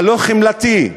הלא-חמלתי.